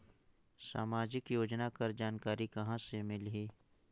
समाजिक योजना कर जानकारी कहाँ से मिलही?